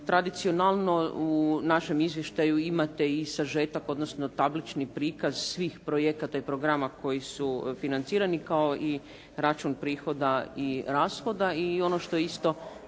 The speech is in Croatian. Tradicionalno u našem izvještaju imate i sažetak odnosno tablični prikaz svih projekata i programa koji su financirani kao i račun prihoda i rashoda.